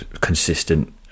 consistent